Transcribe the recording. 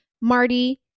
Marty